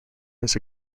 his